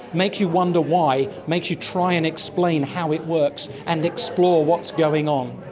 makes you wonder why, makes you try and explain how it works and explore what's going on.